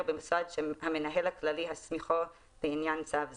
במשרד שהמנהל הכללי הסמיכו לעניין צו זה".